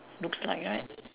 looks like right